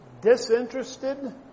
disinterested